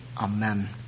Amen